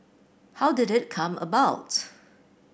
how did it come about